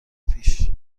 پیش